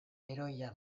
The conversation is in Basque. heroia